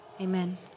Amen